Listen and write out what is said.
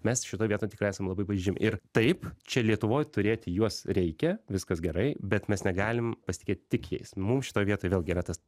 mes šitoj vietoj tikrai esam labai pažeidžiami ir taip čia lietuvoj turėti juos reikia viskas gerai bet mes negalim pasitikėti tik jais mum šitoj vietoj vėlgi yra tas